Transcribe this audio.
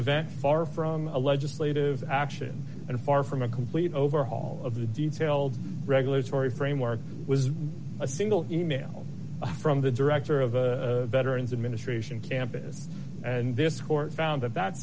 event far from a legislative action and far from a complete overhaul of the details regulatory framework was a single email from the director of a veterans administration campus and this court found that that